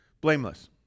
Blameless